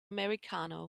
americano